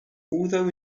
although